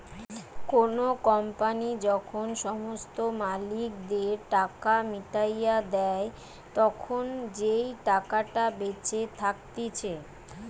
কোনো কোম্পানি যখন সমস্ত মালিকদের টাকা মিটাইয়া দেই, তখন যেই টাকাটা বেঁচে থাকতিছে